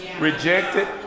rejected